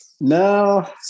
No